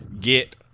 get